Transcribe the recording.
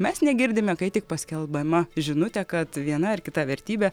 mes negirdime kai tik paskelbdama žinutė kad viena ar kita vertybė